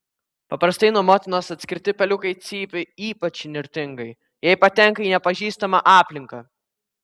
paprastai nuo motinos atskirti peliukai cypia ypač įnirtingai jei patenka į nepažįstamą aplinką